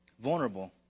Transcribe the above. Vulnerable